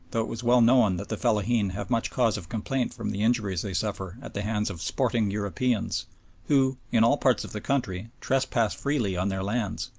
though it was well known that the fellaheen have much cause of complaint from the injuries they suffer at the hands of sporting europeans who, in all parts of the country, trespass freely on their lands,